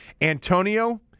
Antonio